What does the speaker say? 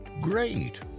great